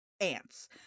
ants